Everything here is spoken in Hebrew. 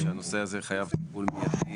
שהנושא הה חייב טיפול מידי,